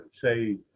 say